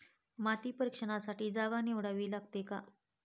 माती परीक्षणासाठी जागा निवडावी लागते का?